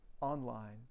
online